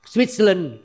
Switzerland